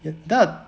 is that